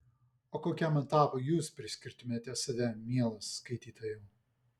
o kokiam etapui jūs priskirtumėte save mielas skaitytojau